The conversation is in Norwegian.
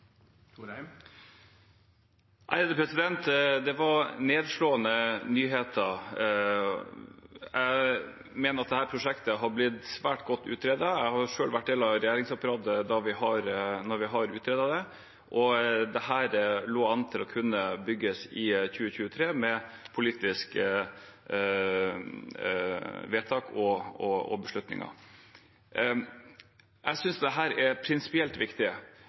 Det var nedslående nyheter. Jeg mener at dette prosjektet har blitt svært godt utredet. Jeg var selv en del av regjeringsapparatet da vi utredet det, og det lå an til å kunne bygges i 2023, med politiske vedtak og beslutninger. Jeg synes dette er prinsipielt